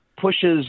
pushes